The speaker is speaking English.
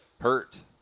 Hurt